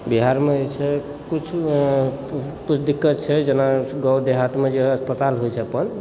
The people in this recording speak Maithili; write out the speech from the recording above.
बिहारमे जे छै कुछ कुछ दिक्कत छै जेना गाँव देहातमे जे अस्पताल होइत छै अपन